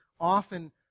often